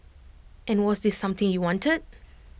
and was this something you wanted